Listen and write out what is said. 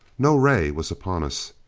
no ray was upon us.